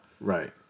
Right